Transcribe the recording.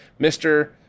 Mr